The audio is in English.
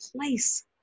place